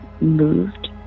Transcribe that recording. moved